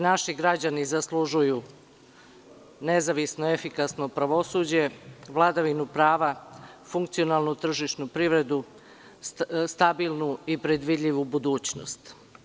Naši građani zaslužuju nezavisno efikasno pravosuđe, vladina prava, funkcionalnu tržišnu privredu, stabilnu i predvidljivu budućnost.